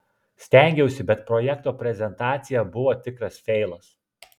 stengiausi bet projekto prezentacija buvo tikras feilas